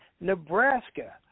Nebraska